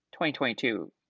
2022